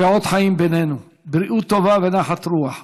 שעוד חיים בינינו, בריאות טובה ונחת רוח.